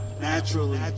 naturally